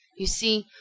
you see,